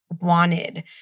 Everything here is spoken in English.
wanted